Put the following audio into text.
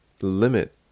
limit